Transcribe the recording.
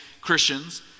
Christians